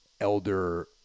elder